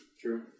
True